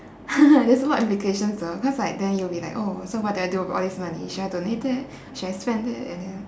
there's more implications though cause like then you will be like oh so what do I do with all this money should I donate it should I spend it and then